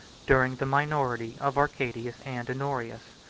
during the minority of arcadius and honorius.